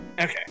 Okay